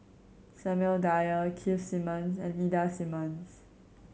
Samuel Dyer Keith Simmons and Ida Simmons